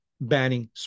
Banning